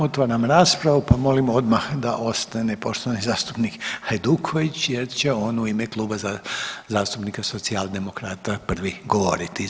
Otvaram raspravu, pa molim odmah da ostane poštovani zastupnik Hajduković jer će on u ime Kluba zastupnika Socijaldemokrata prvi govoriti.